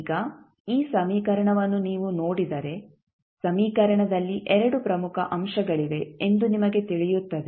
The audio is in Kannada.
ಈಗ ಈ ಸಮೀಕರಣವನ್ನು ನೀವು ನೋಡಿದರೆ ಸಮೀಕರಣದಲ್ಲಿ 2 ಪ್ರಮುಖ ಅಂಶಗಳಿವೆ ಎಂದು ನಿಮಗೆ ತಿಳಿಯುತ್ತದೆ